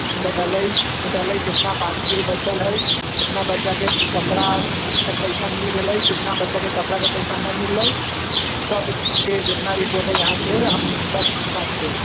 बटलै ऊटलै कितना बाकी है बचल है कितना बच्चा के कपड़ा के पैसा मिल गेलै कितना बच्चा के कपड़ा के पैसा न मिललै ओसब के जितना रिपोर्ट है अहाँकेॅं हम सब सौंप देब